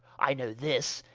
i know this,